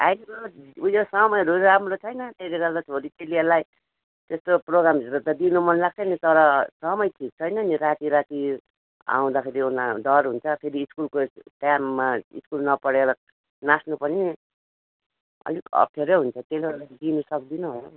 अहिलेको उयो समयहरू राम्रो छैन त्यसले गर्दा छोरी चेलीहरूलाई त्यस्तो प्रोग्रामहरू त दिनु मनलाग्छ नि तर समय ठिक छैन नि राती राती आउँदाखेरि उ नि डर हुन्छ फेरि स्कुलको टाइममा स्कुल नपढेर नाच्नु पनि अलिक अप्ठ्यारो हुन्छ त्यसले गर्दा दिनु सक्दिनँ होला